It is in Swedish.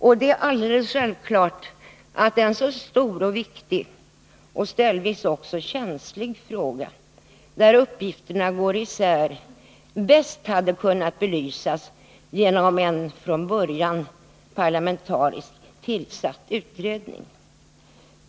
Och det är alldeles självklart att en så stor och viktig och delvis också känslig fråga, där uppgifterna går isär, bäst hade kunnat belysas om man från början tillsatt en parlamentarisk utredning.